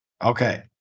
Okay